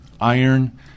iron